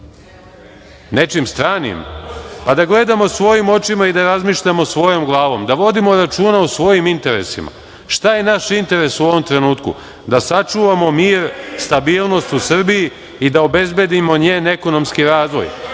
Nekim stranim? Pa, da gledamo svojim očima i da razmišljamo svojom glavom, da vodimo računa o svojim interesima. Šta je naš interes u ovom trenutku? Da sačuvamo mir, stabilnost u Srbiji i da obezbedimo njen ekonomski razvoj,